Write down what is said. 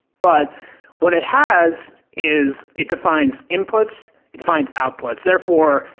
but what it has is it defines inputs, it defines outputs. therefore,